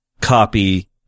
copy